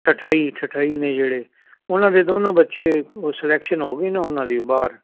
ਠਠੱਈ ਠਠੱਈ ਨੇ ਜਿਹੜੇ ਉਹਨਾਂ ਦੇ ਦੋਨੋਂ ਬੱਚੇ ਉਹ ਸਲੈਕਸ਼ਨ ਹੋ ਗਈ ਨਾ ਉਹਨਾਂ ਦੀ ਬਾਹਰ